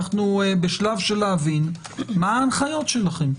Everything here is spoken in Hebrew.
אנחנו בשלב של להבין מה ההנחיות שלכם.